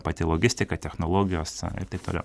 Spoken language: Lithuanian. pati logistika technologijos ir taip toliau